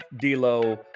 D'Lo